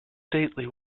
stately